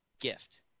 gift